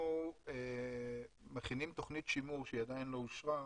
אנחנו מכינים תכנית שימוש שעדיין לא אושרה,